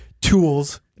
tools